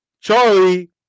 Charlie